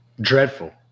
Dreadful